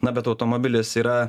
na bet automobilis yra